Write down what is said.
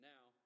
Now